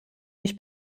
mich